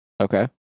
Okay